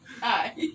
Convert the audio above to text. Hi